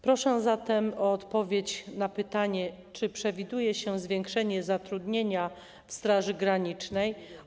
Proszę zatem o odpowiedź na pytania: Czy przewiduje się zwiększenie zatrudnienia Straży Granicznej?